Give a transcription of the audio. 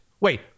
wait